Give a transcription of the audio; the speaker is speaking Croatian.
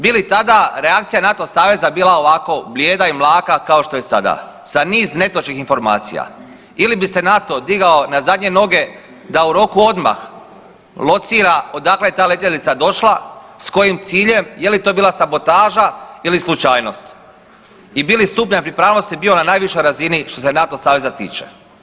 Bi li tada reakcija NATO saveza bila ovako blijeda i mlaka kao što je sada sa niz netočnih informacija ili bi se NATO digao na zadnje noge da u roku odmah locira odakle je ta letjelica došla, s kojim ciljem, je li to bila sabotaža ili slučajnost i bi li stupanj pripravnosti bio na najvišoj razini što se NATO saveza tiče?